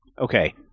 Okay